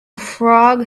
frog